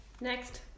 next